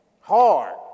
hard